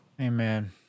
Amen